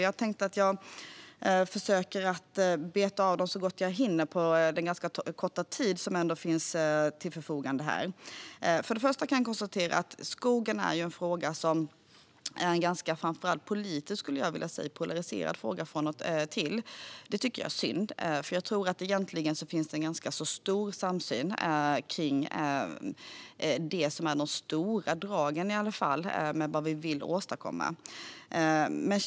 Jag ska försöka beta av dem så gott jag hinner på den ganska korta tid som står till mitt förfogande. Jag kan konstatera att skogen av och till är en ganska polariserad fråga, framför allt politiskt, skulle jag vilja säga. Det tycker jag är synd. Jag tror att det egentligen finns en ganska stor samsyn kring i alla fall de stora dragen i vad vi vill åstadkomma.